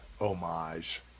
homage